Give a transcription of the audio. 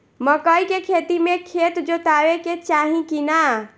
मकई के खेती मे खेत जोतावे के चाही किना?